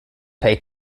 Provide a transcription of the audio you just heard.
pay